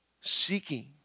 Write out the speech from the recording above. seeking